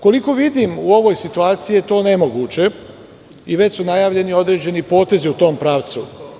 Koliko vidim, u ovoj situaciji je to nemoguće i već su najavljeni određeni potezi u tom pravcu.